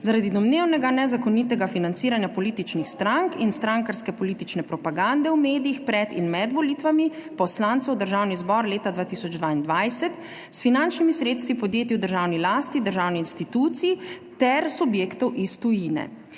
zaradi domnevnega nezakonitega financiranja političnih strank in strankarske politične propagande v medijih pred in med volitvami poslancev v Državni zbor leta 2022 s finančnimi sredstvi podjetij v državni lasti, državnih institucij ter subjektov iz tujine.